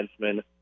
defenseman